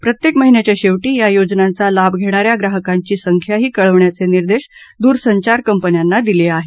प्रत्येक महिन्याच्या शेवटी या योजनांचा लाभ घेणा या ग्राहकांची संख्याही कळवण्याचे निर्देश दूरसंचार कंपन्यांना दिले आहेत